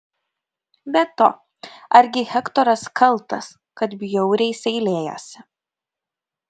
be to argi hektoras kaltas kad bjauriai seilėjasi